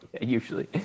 usually